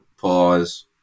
Pause